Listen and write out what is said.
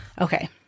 Okay